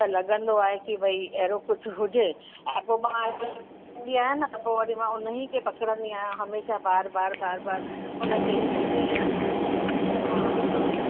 त लॻंदो आहे कि भई अहिड़ो कुझु हुजे हा पोइ मां ॾींदी आहियां न त पोइ वरी मां उन्हीअ खे पकिड़ंदी आहियां हमेशह बार बार बार बार हुनखे ॾींदी आहियां हा हा